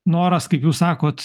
noras kaip jūs sakot